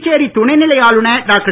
புதுச்சேரி துணைநிலை ஆளுனர் டாக்டர்